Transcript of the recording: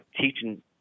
teaching